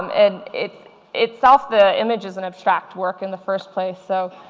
um it it itself the image is an abstract work in the first place. so